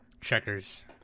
Checkers